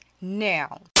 now